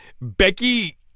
Becky